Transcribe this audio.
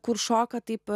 kur šoka taip